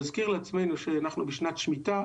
נזכיר לעצמנו שאנחנו בשנת שמיטה.